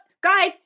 Guys